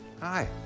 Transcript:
Hi